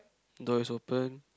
door is open